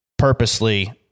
purposely